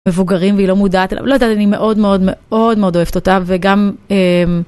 מבוגרים והיא לא מודעת, לא יודעת, אני מאוד מאוד מאוד מאוד אוהבת אותה וגם...